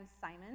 Simon